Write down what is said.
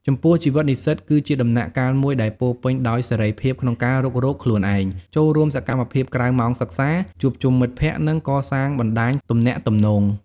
ចំពោះជីវិតនិស្សិតគឺជាដំណាក់កាលមួយដែលពោរពេញដោយសេរីភាពក្នុងការរុករកខ្លួនឯង ចូលរួមសកម្មភាពក្រៅម៉ោងសិក្សា ជួបជុំមិត្តភក្តិ និងកសាងបណ្តាញទំនាក់ទំនង។